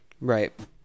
Right